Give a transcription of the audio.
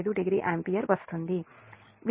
5o ampere లభిస్తుంది